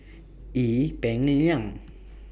Ee Peng Liang